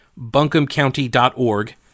buncombecounty.org